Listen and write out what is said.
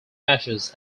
matches